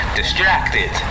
distracted